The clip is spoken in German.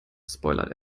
spoilert